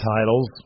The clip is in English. titles